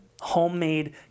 homemade